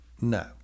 no